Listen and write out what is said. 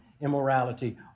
immorality